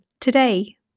today